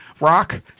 rock